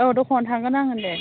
औ दखानाव थांगोन आङो दे